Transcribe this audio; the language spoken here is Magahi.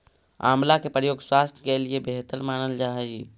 आंवला के प्रयोग स्वास्थ्य के लिए बेहतर मानल जा हइ